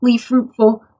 Fruitful